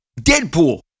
deadpool